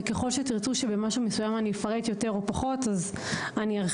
וככל שתרצו שאפרט יותר בתחום מסוים ארחיב.